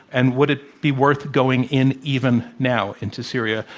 and would it be worth going in even now, into syria,